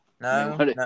No